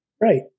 Right